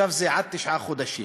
ועכשיו זה עד תשעה חודשים,